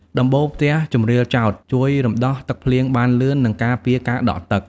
ដំបូលផ្ទះជម្រាលចោត ជួយរំដោះទឹកភ្លៀងបានលឿន និងការពារការដក់ទឹក ។